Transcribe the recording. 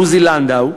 עוזי לנדאו,